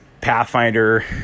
Pathfinder